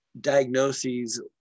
diagnoses